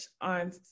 on